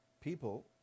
people